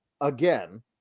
again